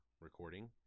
recording